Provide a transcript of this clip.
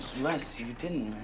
les, you didn't,